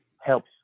helps